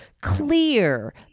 clear